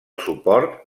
suport